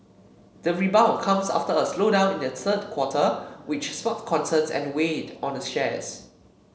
the rebound comes after a slowdown in the third quarter which sparked concerns and weighed on the shares